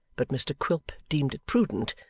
but mr quilp deemed it prudent,